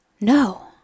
No